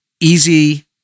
easy